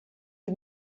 you